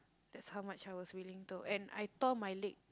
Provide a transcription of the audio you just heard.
that's how much I was willing to and I tore my leg